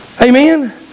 Amen